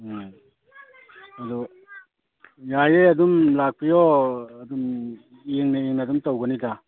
ꯎꯝ ꯑꯗꯨ ꯌꯥꯏꯌꯦ ꯑꯗꯨꯝ ꯂꯥꯛꯄꯤꯌꯣ ꯑꯗꯨꯝ ꯌꯦꯡꯅ ꯌꯦꯡꯅ ꯑꯗꯨꯝ ꯇꯧꯒꯅꯤꯗ